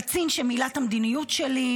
קצין שמילא את המדיניות שלי,